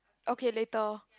okay later